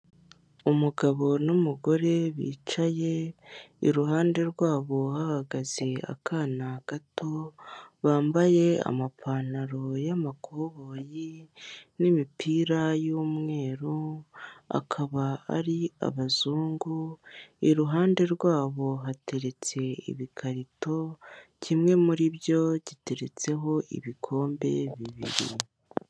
Umugabo n'umugore bicaye iruhande rwabo hahagaze akana gato bambaye amapantalo y'amakoboyi n'imipira y'umweru akaba ari abazungu, iruhande rwabo hateretse ibikarito kimwe muri byo giteretseho ibikombe bibiri.